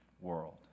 world